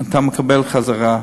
אתה מקבל חזרה.